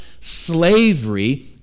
slavery